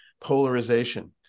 polarization